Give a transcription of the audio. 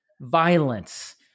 violence